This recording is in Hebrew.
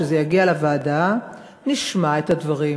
וכשזה יגיע לוועדה נשמע את הדברים,